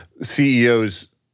CEOs